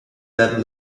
that